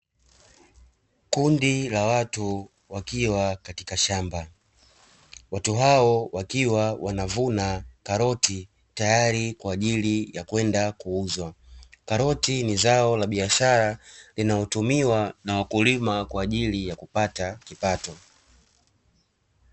Kundi la watu wakiwa katika shamba, watu hao wakiwa wanavuna karoti tayari kwa ajili ya kwenda kuuzwa. Karoti ni zao la biashara linalotumiwa na wakulima kwa ajili ya kupata kipato.